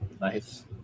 Nice